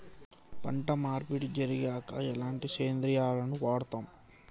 పంట మార్పిడి జరిగాక ఎలాంటి సేంద్రియాలను వాడుతం?